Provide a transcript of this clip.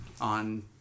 on